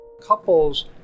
Couples